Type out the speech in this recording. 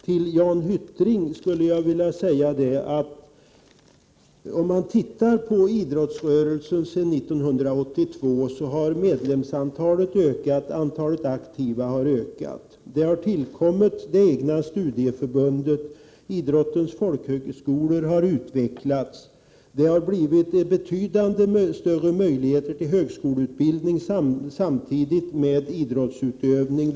Till Jan Hyttring vill jag säga att om man tittar på idrottsrörelsens utveckling sedan 1982 ser man att antalet medlemmar och aktiva utövare har ökat. Det har tillkommit ett eget studieförbund, och idrottens folkhögskolor har utvecklats. Det har blivit betydligt större möjligheter till högskoleutbildning samtidigt som man utövar idrott.